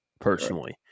personally